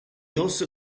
also